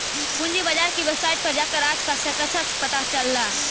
पूंजी बाजार की वेबसाईट पर जाकर आज का सेंसेक्स पता कर ल